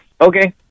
Okay